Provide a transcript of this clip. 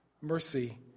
mercy